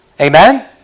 Amen